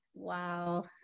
Wow